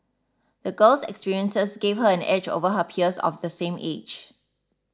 the girl's experiences gave her an edge over her peers of the same age